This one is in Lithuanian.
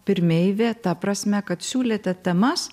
pirmeivė ta prasme kad siūlėte temas